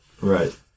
right